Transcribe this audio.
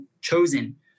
chosen